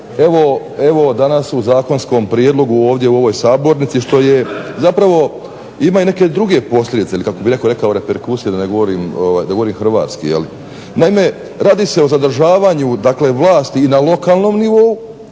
koji je u zakonskom prijedlogu ovdje u ovoj Sabornici što ima neke druge posljedice ili kako bi netko rekao reperkusije, da govorim Hrvatski. Naime, radi se o zadržavanju vlasti i na lokalnom nivou